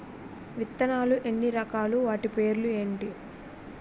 విత్తనాలు ఎన్ని రకాలు, వాటి పేర్లు ఏంటి?